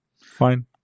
Fine